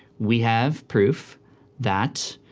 we have proof that